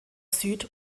süd